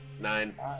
Nine